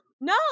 No